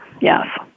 yes